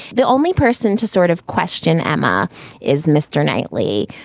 the only person to sort of question emma is mr. knightley.